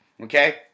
okay